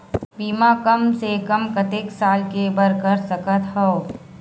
बीमा कम से कम कतेक साल के बर कर सकत हव?